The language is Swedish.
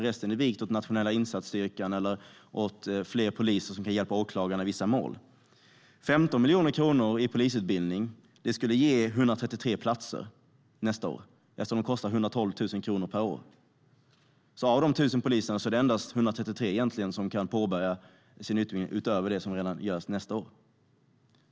Resten är vigt åt nationella insatsstyrkan och fler poliser som kan hjälpa åklagarna i vissa mål. 15 miljoner kronor till polisutbildning skulle ge 133 platser nästa år, eftersom de kostar 112 000 kronor per år. Av de 1 000 poliserna är det egentligen endast 133 som kan påbörja sin utbildning utöver det som redan görs nästa år.